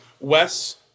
Wes